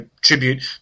tribute